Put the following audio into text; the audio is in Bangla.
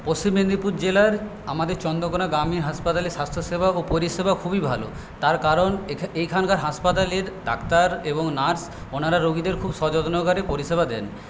পশ্চিম মেদিনীপুর জেলার আমাদের চন্দ্রকোণার গ্রামীণ হাসপাতালের স্বাস্থ্যসেবা ও পরিষেবা খুবই ভালো তার কারণ এখানকার হাসপাতালের ডাক্তার এবং নার্স ওনারা রোগীদের খুব সযত্ন করে পরিষেবা দেন